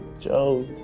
joe,